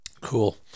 cool